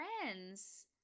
friends